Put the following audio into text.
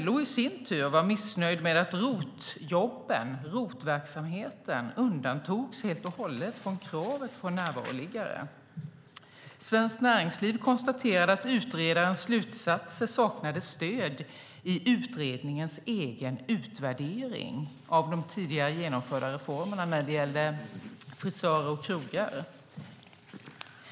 LO i sin tur var missnöjt med att ROT-verksamheten undantogs helt och hållet från kravet på närvaroliggare. Svenskt Näringsliv konstaterade att utredarens slutsatser saknade stöd i utredningens egen utvärdering av de tidigare genomförda reformerna när det gällde frisörer och krogar.